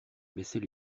baissait